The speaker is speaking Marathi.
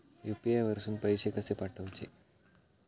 यू.पी.आय वरसून पैसे कसे पाठवचे?